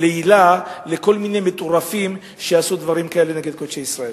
לעילה לכל מיני מטורפים שיעשו דברים כאלה נגד קודשי ישראל.